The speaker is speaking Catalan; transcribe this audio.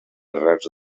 rars